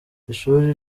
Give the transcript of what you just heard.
ishuri